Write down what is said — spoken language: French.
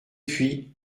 puis